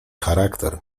charakter